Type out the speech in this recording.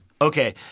Okay